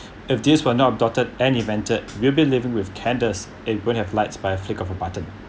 if this were not dotted and invented we'll be living with candles and it wouldn't have lights by a flick of a button